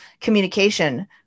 communication